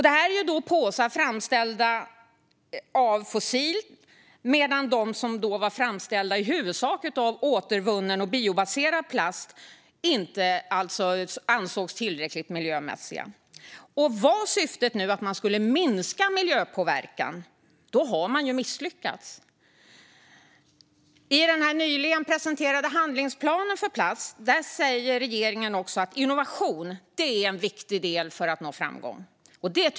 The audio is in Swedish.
Det är påsar framställda av fossil, medan de som var framställda av i huvudsak återvunnen och biobaserad plast inte ansågs tillräckligt miljömässiga. Om syftet var att minska miljöpåverkan har man misslyckats. I den nyligen presenterade handlingsplanen för plast säger regeringen att innovation är en viktig del för att nå framgång.